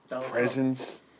presence